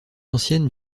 anciennes